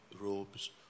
robes